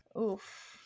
Oof